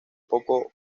poco